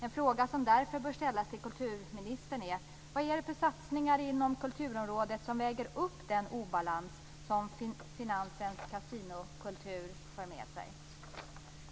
En fråga som därför bör ställas till kulturministern är: Vad är det för satsningar inom kulturområdet som väger upp den obalans som Finansens kasinokultur för med sig?